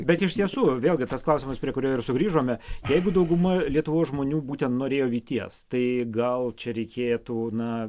bet iš tiesų vėlgi tas klausimas prie kurio ir sugrįžome jeigu dauguma lietuvos žmonių būtent norėjo vyties tai gal čia reikėtų na